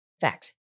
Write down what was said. Fact